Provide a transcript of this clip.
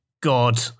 god